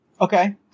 Okay